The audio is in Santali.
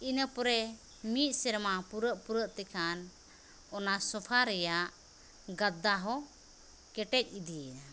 ᱤᱱᱟᱹᱯᱚᱨᱮ ᱢᱤᱫ ᱥᱮᱨᱢᱟ ᱯᱩᱨᱟᱹᱜ ᱯᱩᱨᱟᱹᱜ ᱛᱮ ᱠᱷᱟᱱ ᱚᱱᱟ ᱥᱳᱯᱷᱟ ᱨᱮᱭᱟᱜ ᱜᱟᱫᱽᱫᱟᱦᱚᱸ ᱠᱮᱴᱮᱡ ᱤᱫᱤᱭᱮᱱᱟ